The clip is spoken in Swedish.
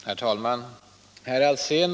40, och anförde: Herr talman!